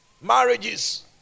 marriages